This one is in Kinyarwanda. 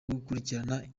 gukurikirana